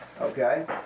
Okay